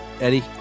Eddie